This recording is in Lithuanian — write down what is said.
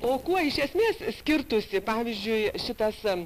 o kuo iš esmės skirtųsi pavyzdžiui šitas